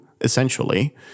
essentially